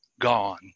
gone